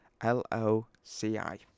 L-O-C-I